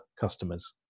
customers